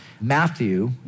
Matthew